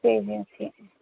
சரி சரி ஓகே